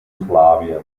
jugoslawien